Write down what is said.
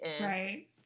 Right